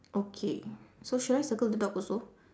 okay so should I circle the dog also